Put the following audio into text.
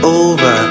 over